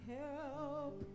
help